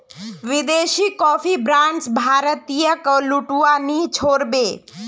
विदेशी coffee brands भारतीयेक लूटवा नी छोड़ बे